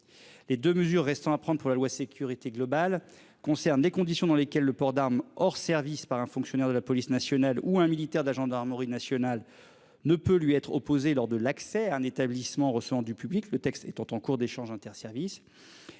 Les 2 mesures restant à prendre pour la loi sécurité globale concerne les conditions dans lesquelles le port d'armes hors service par un fonctionnaire de la police nationale ou un militaire de la gendarmerie nationale ne peut lui être opposé lors de l'accès à un établissement recevant du public, le texte étant en cours d'échanges inter-, services